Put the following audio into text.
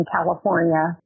California